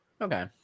Okay